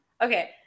Okay